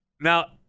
Now